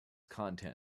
content